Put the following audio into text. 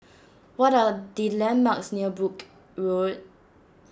what are the landmarks near Brooke Road